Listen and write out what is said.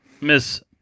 Miss